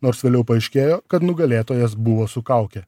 nors vėliau paaiškėjo kad nugalėtojas buvo su kauke